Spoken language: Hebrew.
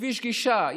כביש גישה,